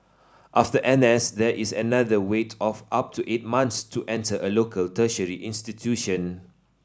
after N S there is another wait of up to eight months to enter a local tertiary institution